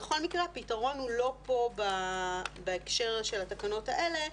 בכל מקרה, הפתרון הוא לא פה בהקשר של התקנות האלה,